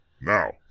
Now